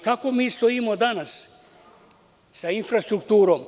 Kako mi stojimo danas sa infrastrukturom?